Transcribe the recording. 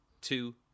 two